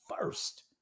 first